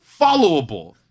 followable